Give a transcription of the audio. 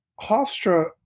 Hofstra